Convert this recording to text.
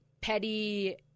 petty